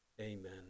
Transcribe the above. Amen